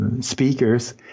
speakers